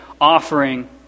offering